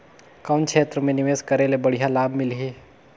कौन क्षेत्र मे निवेश करे ले बढ़िया लाभ मिलही?